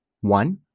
One